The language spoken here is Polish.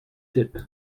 typ